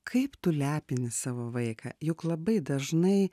kaip tu lepini savo vaiką juk labai dažnai